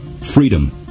freedom